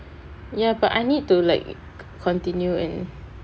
ya but I need to like continue in